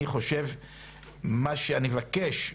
מה שאני מבקש,